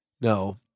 No